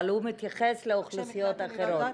אבל הוא מתייחס לאוכלוסיות אחרות.